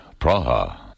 Praha